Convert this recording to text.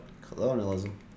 colonialism